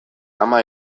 ama